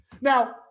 Now